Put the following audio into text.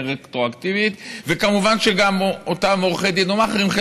רטרואקטיביים וכמובן שאותם עורכי דין או מאכערים,